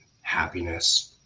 happiness